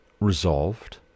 resolved